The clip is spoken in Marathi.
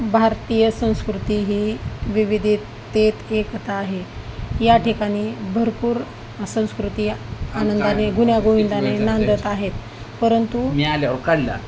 भारतीय संस्कृती ही विविधतेत एकता आहे या ठिकाणी भरपूर संस्कृती आनंदाने गुण्यागोविंदाने नांदत आहेत परंतु लव